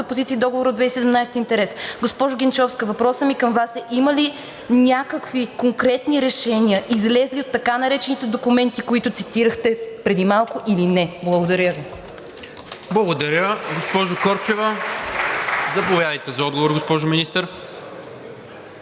позиция договор от 2017 г. интерес. Госпожо Генчовска, въпросът ми към Вас е: има ли някакви конкретни решения, излезли от така наречените документи, които цитирахте преди малко или не? Благодаря Ви. ПРЕДСЕДАТЕЛ НИКОЛА МИНЧЕВ: Благодаря, госпожо Корчева. Заповядайте за отговор, госпожо Министър.